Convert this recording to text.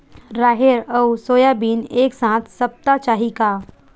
राहेर अउ सोयाबीन एक साथ सप्ता चाही का?